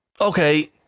okay